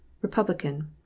Republican